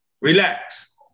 relax